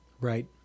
Right